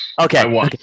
Okay